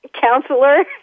counselor